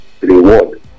reward